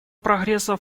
прогресса